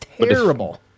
terrible